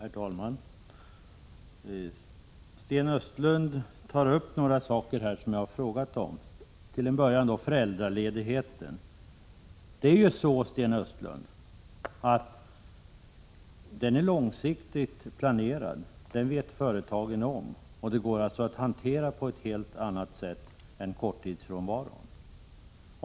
Herr talman! Sten Östlund tar upp några saker som jag har frågat om, till att börja med föräldraledigheten. Den är långsiktigt planerad, vilket företagen vet — därför kan de hantera den på ett helt annat sätt än korttidsfrånvaron.